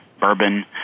bourbon